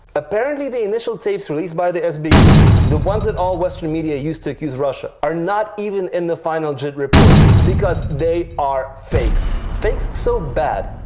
apparently the initial tapes released by the sbu, the ones that all western media used to accuse russia, are not even in the final jit report. because they are fakes! fakes so bad,